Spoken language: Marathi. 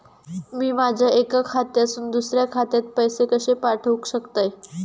मी माझ्या एक्या खात्यासून दुसऱ्या खात्यात पैसे कशे पाठउक शकतय?